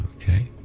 okay